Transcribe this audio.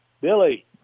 Billy